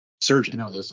surgeon